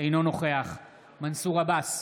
אינו נוכח מנסור עבאס,